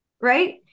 right